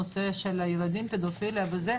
נושא של ילדים ופדופיליה וכולי.